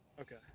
Okay